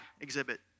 exhibit